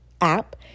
app